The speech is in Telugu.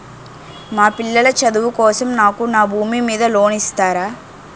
మా పిల్లల చదువు కోసం నాకు నా భూమి మీద లోన్ ఇస్తారా?